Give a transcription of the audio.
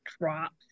drops